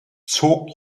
zog